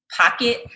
pocket